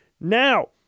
Now